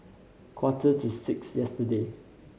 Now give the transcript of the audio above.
quarter to six yesterday